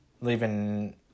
leaving